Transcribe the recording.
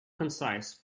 concise